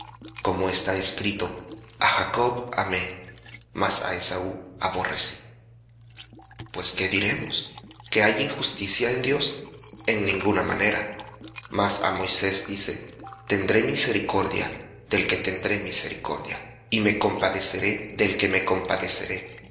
como está escrito a jacob amé mas á esaú aborrecí pues qué diremos que hay injusticia en dios en ninguna manera mas á moisés dice tendré misericordia del que tendré misericordia y me compadeceré del que me compadeceré